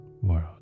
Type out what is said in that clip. world